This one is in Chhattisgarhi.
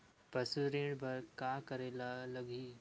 पशु ऋण बर का करे ला लगही?